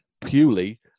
purely